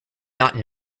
not